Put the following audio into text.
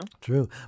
True